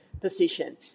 position